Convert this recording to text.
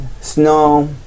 snow